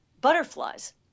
butterflies